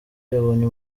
yabonye